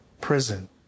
Prison